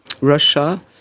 Russia